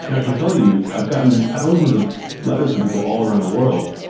and i can tell you i've gotten thousands of letters from people all around the world,